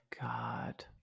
God